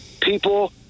people